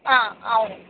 అవును